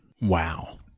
Wow